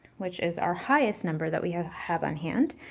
which is our highest number that we have have on hand,